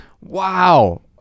Wow